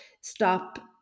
stop